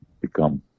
become